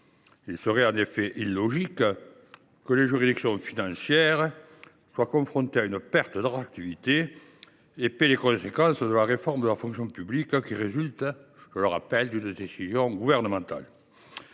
Il serait en effet illogique que les juridictions financières soient confrontées à une perte d’attractivité et paient les conséquences de la réforme de la fonction publique, qui résulte d’une décision gouvernementale.